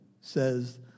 says